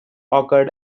occurred